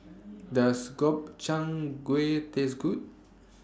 Does Gobchang Gui Taste Good